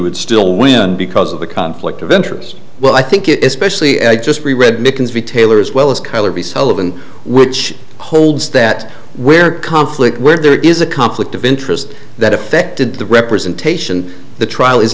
would still win because of the conflict of interest well i think it is specially i just read because retailer as well as color be sullivan which holds that where conflict where there is a conflict of interest that affected the representation the trial is